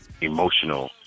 emotional